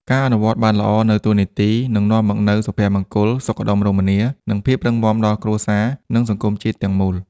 ការអនុវត្តន៍បានល្អនូវតួនាទី នឹងនាំមកនូវសុភមង្គល សុខដុមរមនា និងភាពរឹងមាំដល់គ្រួសារ និងសង្គមជាតិទាំងមូល។